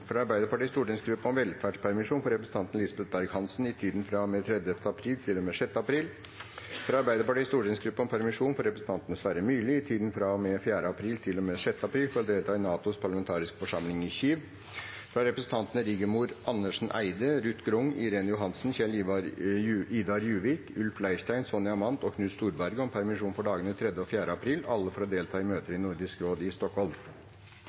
fra Arbeiderpartiets stortingsgruppe om velferdspermisjon for representanten Lisbeth Berg-Hansen i tiden fra og med 3. april til og med 6. april fra Arbeiderpartiets stortingsgruppe om permisjon for representanten Sverre Myrli i tiden fra og med 4. april til og med 6. april for å delta i NATOs parlamentariske forsamling i Kiev fra representantene Rigmor Andersen Eide , Ruth Grung , Irene Johansen , Kjell-Idar Juvik , Ulf Leirstein , Sonja Mandt og Knut Storberget om permisjon i dagene 3. og 4. april, alle for å delta i møter i Nordisk råd